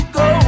go